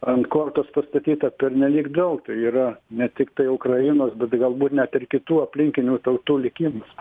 ant kortos pastatyta pernelyg daug tai yra ne tiktai ukrainos bet tai galbūt net ir kitų aplinkinių tautų likimas